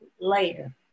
Later